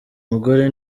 mugore